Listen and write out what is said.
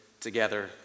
together